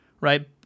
right